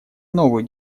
новую